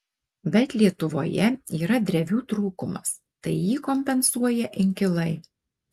bet lietuvoje yra drevių trūkumas tai jį kompensuoja inkilai